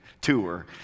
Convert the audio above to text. tour